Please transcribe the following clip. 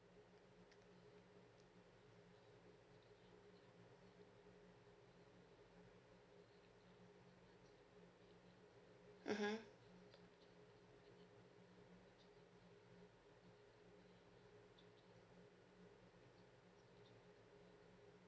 mmhmm